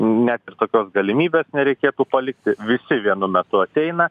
net ir tokios galimybės nereikėtų palikti visi vienu metu ateina